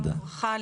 שלום וברכה.